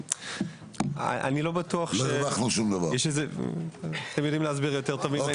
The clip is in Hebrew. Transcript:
הם יודעים להסביר יותר טוב ממני.